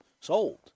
sold